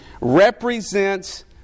represents